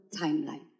timeline